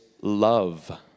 love